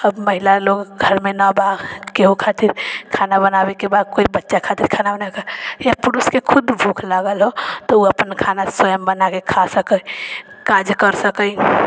अब महिला लोक घरमे नहि बा केहू खातिर खाना बनाबैके बा कोइ बच्चा खातिर खाना बनाबैके बा या पुरुषके खुद भूख लागल हो तऽ ओ अपन खाना स्वयम बनाके खा सकै काज करि सकै